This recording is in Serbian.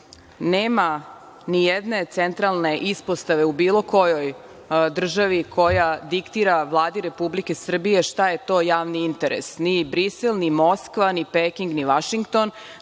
nema ni jedne centralne ispostave u bilo kojoj državi koja diktira Vladi Republike Srbije šta je to javni interes, ni Brisel, ni Moskva, ni Peking, ni Vašington,